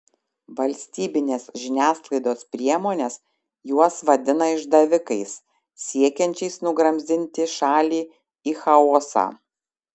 valstybinės žiniasklaidos priemonės juos vadina išdavikais siekiančiais nugramzdinti šalį į chaosą